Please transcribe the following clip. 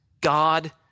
God